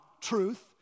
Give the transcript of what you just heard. truth